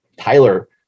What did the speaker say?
Tyler